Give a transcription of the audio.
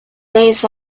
days